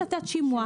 לתת שימוע.